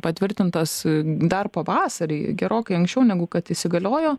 patvirtintas dar pavasarį gerokai anksčiau negu kad įsigaliojo